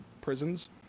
prisons